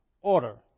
order